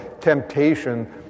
temptation